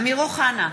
אמיר אוחנה,